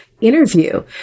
Interview